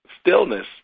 stillness